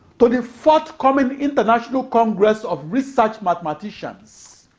to the forthcoming international congress of research mathematicians.